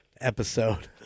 episode